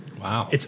wow